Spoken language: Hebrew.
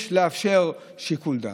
יש לאפשר שיקול דעת.